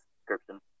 description